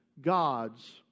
God's